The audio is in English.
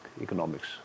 economics